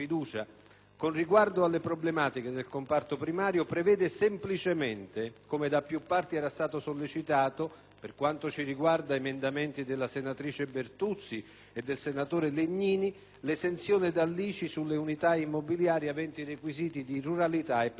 con riguardo alle problematiche del comparto primario prevede semplicemente, come da più parti era stato sollecitato (per quanto ci riguarda, emendamenti della senatrice Bertuzzi e del senatore Legnini), l'esenzione dall'ICI sulle unità immobiliari aventi requisiti di ruralità e pertanto non